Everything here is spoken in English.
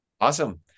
Awesome